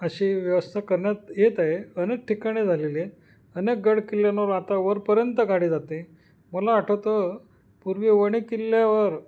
अशी व्यवस्था करण्यात येत आहे अनेक ठिकाणे झालेले आहेत अनेक गड किल्ल्यांवर आता वरपर्यंत गाडी जाते मला आठवतं पूर्वी वणी किल्ल्यावर